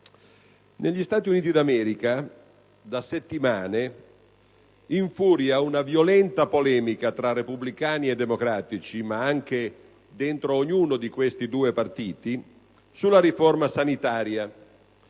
negli Stati Uniti d'America da settimane infuria una violenta polemica tra repubblicani e democratici (ma anche dentro ognuno di questi due partiti) sulla riforma sanitaria.